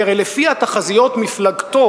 כי הרי לפי התחזיות מפלגתו,